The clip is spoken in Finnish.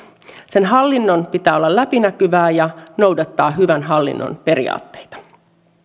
sen hallinnon pitää olla läpinäkyvää ja noudattaa hyvän hallinnon periaatteita